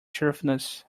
cheerfulness